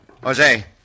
Jose